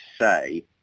say